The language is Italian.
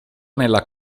nella